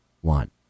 one